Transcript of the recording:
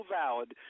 valid